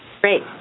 Great